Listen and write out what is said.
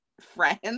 friends